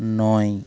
নয়